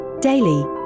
Daily